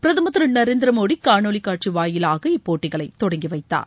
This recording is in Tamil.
பிரதமர் திரு நரேந்திரமோடி காணொலி காட்சி வாயிலாக இப்போட்டிகளை தொடங்கி வைத்தார்